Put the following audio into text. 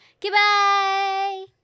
Goodbye